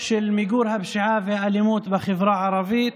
למיגור הפשיעה והאלימות בחברה הערבית.